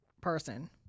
person